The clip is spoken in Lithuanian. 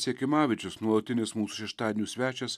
sėkimavičius nuolatinis mūsų šeštadienių svečias